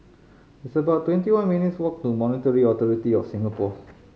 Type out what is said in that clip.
it's about twenty one minutes' walk to Monetary Authority Of Singapore